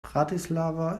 bratislava